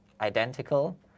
identical